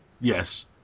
Yes